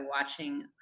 watching